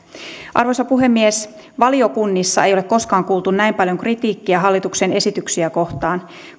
arvoisa puhemies valiokunnissa ei ole koskaan kuultu näin paljon kritiikkiä hallituksen esityksiä kohtaan